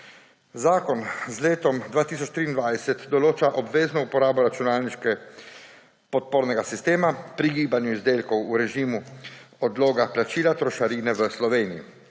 Zakon z letom 2023 določa obvezno uporabo računalniškega podpornega sistema pri gibanju izdelkov v režimu odloga plačila trošarine v Sloveniji.